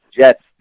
Jets